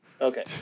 Okay